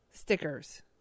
stickers